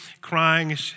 crying